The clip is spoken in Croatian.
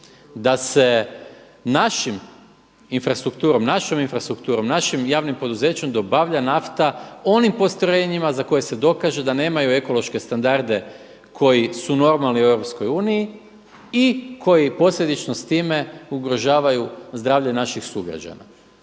da se našim infrastrukturom, našom infrastrukturom, našim javnim poduzećem dobavlja nafta onim postrojenjima za koje se dokaže da nemaju ekološke standarde koji su normalni u EU i koji posljedično s time ugrožavaju zdravlje naših sugrađana.